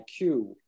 IQ